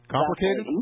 Complicated